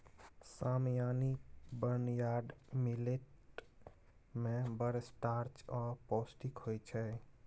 साम यानी barnyard millet मे बड़ स्टार्च आ पौष्टिक होइ छै